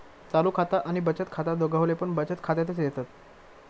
चालू खाता आणि बचत खाता दोघवले पण बचत खात्यातच येतत